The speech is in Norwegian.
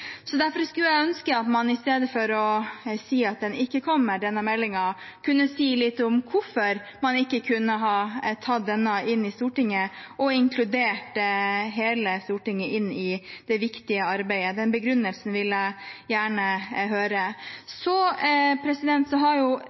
Derfor skulle jeg ønske man i stedet for å si at denne meldingen ikke kommer, kunne si litt om hvorfor man ikke kunne tatt den inn i Stortinget og inkludert hele Stortinget i det viktige arbeidet. Den begrunnelsen vil jeg gjerne høre.